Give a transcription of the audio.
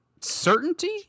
Certainty